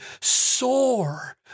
soar